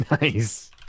Nice